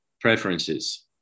preferences